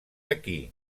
aquí